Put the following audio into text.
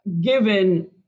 given